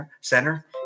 Center